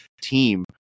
team